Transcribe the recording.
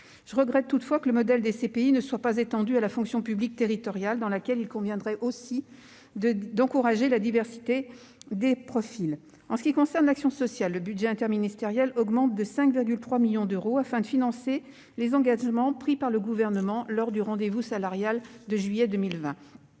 Je regrette toutefois que le modèle des CPI ne soit pas étendu à la fonction publique territoriale, dans laquelle il conviendrait aussi d'encourager la diversité des profils. En ce qui concerne l'action sociale, le budget interministériel augmente de 5,3 millions d'euros afin de financer les engagements pris par le Gouvernement lors du rendez-vous salarial de juillet 2020.